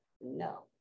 no